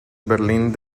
berlín